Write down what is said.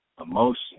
emotion